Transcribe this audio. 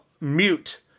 mute